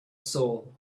soul